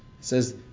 says